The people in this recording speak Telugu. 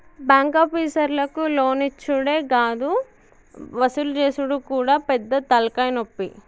బాంకాపీసర్లకు లోన్లిచ్చుడే గాదు వసూలు జేసుడు గూడా పెద్ద తల్కాయనొప్పి